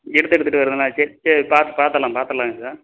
எடுத்து எடுத்துகிட்டு வருதுங்களா சரி சரி பார்த்து பார்த்தட்லாம் பார்த்தட்லாங்க சார்